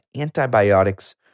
antibiotics